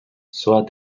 soit